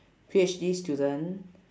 P_H_D student